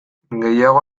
gehiago